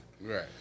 Right